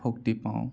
শক্তি পাওঁ